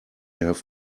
have